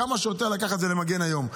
כמה שיותר לקחת ולמגן היום.